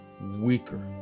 weaker